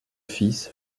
fils